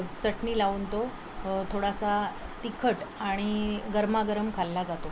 चटणी लावून तो थोडासा तिखट आणि गरमागरम खाल्ला जातो